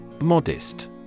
Modest